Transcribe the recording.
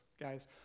Guys